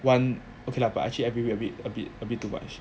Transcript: one okay lah but actually every week a bit a bit a bit too much